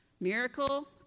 Miracle